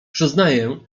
przyznaję